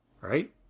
Right